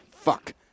Fuck